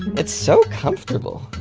it's so comfortable!